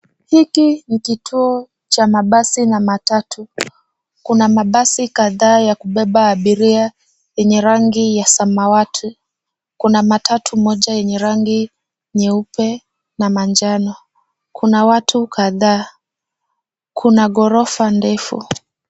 Hiki ni kituo cha mabasi na matatu kuna mabasi kadhaa ya kubeba abiria yenye rangi ya samawati, kuna matatu moja yenye rangi nyeupe na manjano, kuna watu kadhaa, kuna ghorofa ndefu.